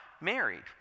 married